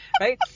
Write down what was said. Right